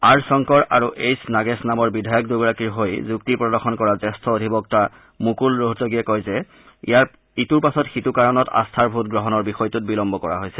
R Shankar আৰু H Nagesh নামৰ বিধায়ক দুগৰাকীৰ হৈ যুক্তি প্ৰদৰ্শন কৰা জ্যেষ্ঠ অধিবক্তা মুকুল ৰোহতগিয়ে কয় যে ইটোৰ পাছত সিটো কাৰণত আস্থাৰ ভোট গ্ৰহণৰ বিষয়টোত বিলম্ব কৰা হৈছে